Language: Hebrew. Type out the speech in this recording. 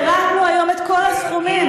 פירטנו היום את כל הסכומים.